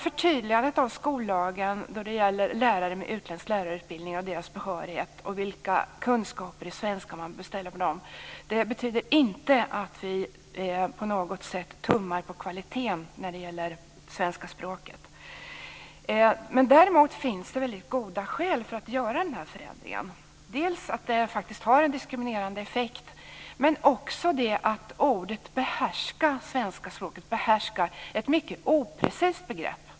Förtydligandet av skollagen när det gäller lärare med utländsk lärarutbildning, deras behörighet och vilka krav på kunskaper i svenska man bör ställa på dem betyder inte att vi på något sätt tummar på kvaliteten på svenska språket. Däremot finns det väldigt goda skäl för att göra denna förändring. Dels har detta annars en diskriminerande effekt, dels är begreppet behärska svenska språket ett mycket oprecist begrepp.